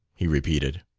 he repeated.